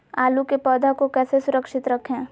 आलू के पौधा को कैसे सुरक्षित रखें?